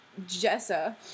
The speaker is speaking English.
Jessa